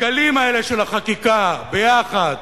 הגלים האלה של החקיקה, ביחד,